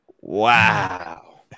Wow